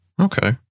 Okay